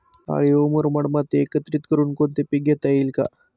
काळी व मुरमाड माती एकत्रित करुन कोणते पीक घेता येईल का?